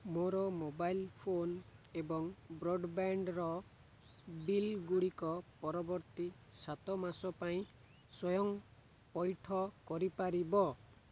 ମୋର mobile phone ଏବଂ ବ୍ରଡ଼୍ବ୍ୟାଣ୍ଡର ବିଲ୍ ଗୁଡ଼ିକ ପରବର୍ତ୍ତୀ ସାତ ମାସ ପାଇଁ ସ୍ଵୟଂ ପଇଠ କରିପାରିବ